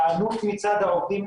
היענות מצד העובדים.